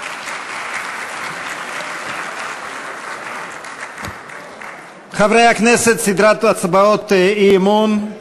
(מחיאות כפיים) חברי הכנסת, סדרת הצבעות אי-אמון: